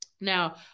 now